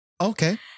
Okay